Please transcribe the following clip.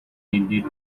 ended